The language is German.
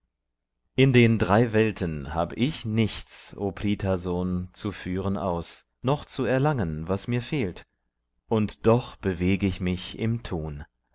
in den drei welten hab ich nichts o prith sohn zu führen aus noch zu erlangen was mir fehlt und doch beweg ich mich im tun